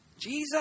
Jesus